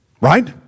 Right